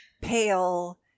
pale